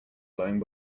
blowing